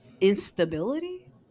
instability